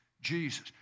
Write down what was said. Jesus